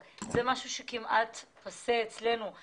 ועשיתם דבר שכמעט נשכח בקרב העם הזה.